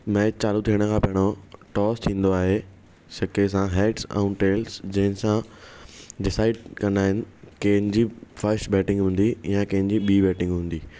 match चालू थियण खां पहिरियों टॉस थींदो आहे सिक्के सां हेड्स ऐं टेल्स जंहिंसा डिसाइड कंदा आहिनि कंहिंजी फस्ट बैटिंग हूंदी या कंहिंजी ॿी बैटिंग हूंदी